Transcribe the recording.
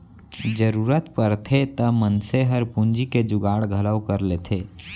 जरूरत परथे त मनसे हर पूंजी के जुगाड़ घलौ कर लेथे